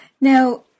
Now